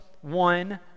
one